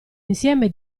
insieme